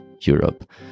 Europe